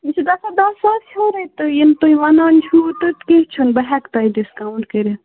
یہِ چھُ گژھان دَہ ساس ہیٚورُے تہٕ ییٚلہِ تُہۍ ونان چھُو تہٕ کیٚنٛہہ چھُنہٕ بہٕ ہیٚکہٕ تۅہہِ ڈِسکاوُنٛٹ کٔرِتھ